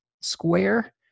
square